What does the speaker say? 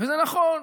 וזה נכון.